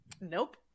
Nope